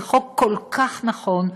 זה חוק כל כך נכון,